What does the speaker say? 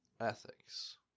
ethics